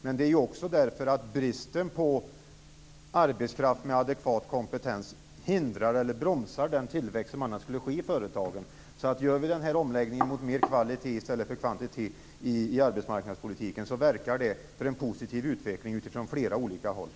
Men det är också nödvändigt därför att bristen på arbetskraft med adekvat kompetens hindrar eller bromsar den tillväxt som annars skulle ske i företagen. Gör vi en omläggning till mer kvalitet i stället för kvantitet i arbetsmarknadspolitiken så verkar det för en positiv utveckling från flera olika håll.